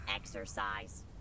Exercise